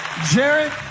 Jared